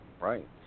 Right